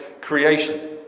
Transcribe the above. creation